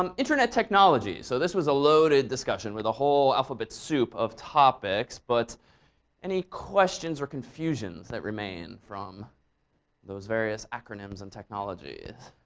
um internet technology. so this was a loaded discussion with a whole alphabet soup of topics. but any questions or confusions that remain from those various acronyms and technologies?